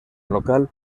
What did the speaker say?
local